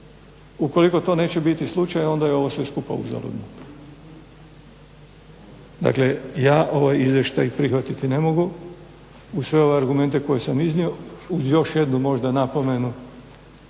Ukoliko to neće biti slučaj onda je ovo sve skupa uzaludno. Dakle ja ovaj izvještaj prihvatiti ne mogu uz sve ove argumente koje sam iznio uz još jednu možda napomenu,